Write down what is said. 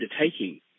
undertaking